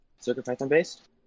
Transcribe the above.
CircuitPython-based